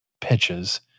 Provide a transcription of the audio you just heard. pitches